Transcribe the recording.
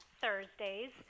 Thursdays